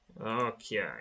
Okay